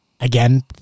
Again